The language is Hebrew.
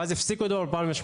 מאז הפסיקו איתו ב-2018.